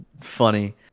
funny